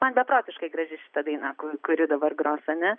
man beprotiškai graži šita daina kuri dabar gros ane